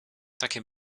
takie